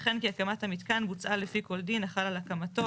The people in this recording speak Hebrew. וכן כי הקמת המתקן בוצעה לפי כל דין החל על הקמתו.